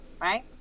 Right